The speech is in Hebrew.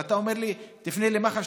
אתה אומר לי: תפנה למח"ש,